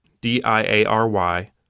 D-I-A-R-Y